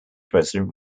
president